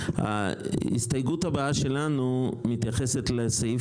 ההסתייגות הבאה שלנו מתייחסת לסעיף